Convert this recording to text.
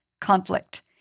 conflict